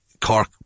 Cork